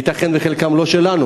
ייתכן שחלקן לא שלנו,